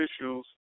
officials